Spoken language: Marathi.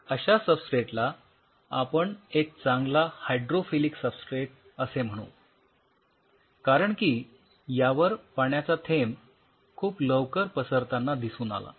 अश्या सबस्ट्रेटला आपण एक चांगला हायड्रोफिलिक सबस्ट्रेट असे म्हणू कारण की यावर पाण्याचा थेंब खूपच लवकर पसरताना दिसून आला